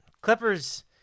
Clippers